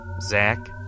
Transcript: Zach